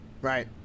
Right